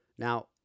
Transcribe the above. Now